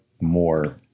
more